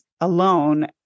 alone